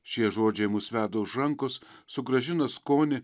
šie žodžiai mus veda už rankos sugrąžina skonį